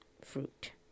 Fruit